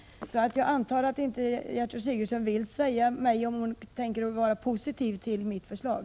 Jag antar därför att Gertrud Sigurdsen inte vill säga mig om hon tänker ställa sig positiv till mitt förslag.